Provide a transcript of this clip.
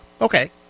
Okay